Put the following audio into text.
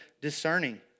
discerning